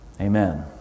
Amen